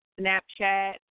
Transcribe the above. Snapchat